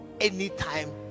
anytime